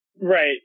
Right